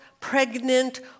pregnant